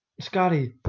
Scotty